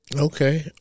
Okay